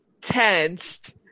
tensed